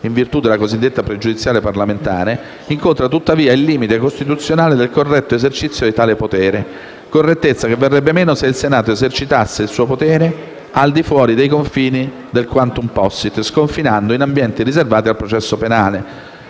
in virtù della cosiddetta "pregiudiziale parlamentare", incontra tuttavia il limite costituzionale del corretto esercizio di tale potere, correttezza che verrebbe meno se il Senato esercitasse il suo potere al di fuori dei confini del "*quantum possit*", sconfinando in ambiti riservati al processo penale